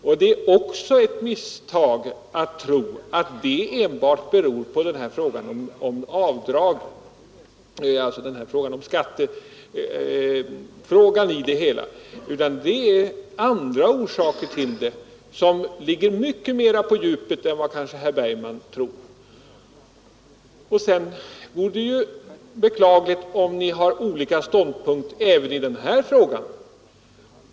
Och det är ett misstag att tro att det enbart beror på skattefrågan. Det är andra orsaker som där spelar in, orsaker som är mera djupgående än vad kanske herr Bergman tror. Slutligen vore det väl beklagligt om herr Bergman och bostadsministern har olika ståndpunkter även i denna fråga.